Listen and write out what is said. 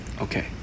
Okay